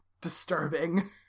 disturbing